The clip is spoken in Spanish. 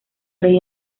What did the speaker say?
rey